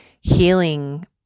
healing